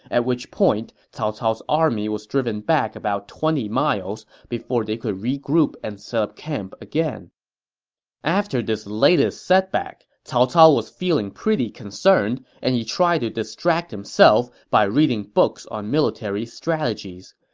at which point cao cao's army was driven back about twenty miles before they could regroup and set up camp again after this latest setback, cao cao was feeling mighty concerned, and he tried to distract himself by reading books on military strategies.